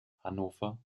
hannover